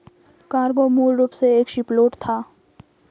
cargo मूल रूप से एक शिपलोड था